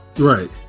Right